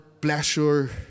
pleasure